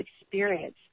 experience